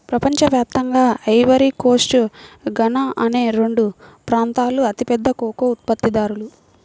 ప్రపంచ వ్యాప్తంగా Ivory Coast, Ghana అనే రెండు ప్రాంతాలూ అతిపెద్ద కోకో ఉత్పత్తిదారులు